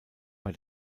bei